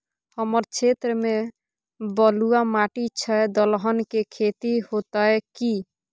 हमर क्षेत्र में बलुआ माटी छै, दलहन के खेती होतै कि?